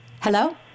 hello